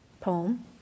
poem